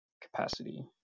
capacity